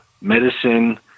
medicine